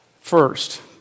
First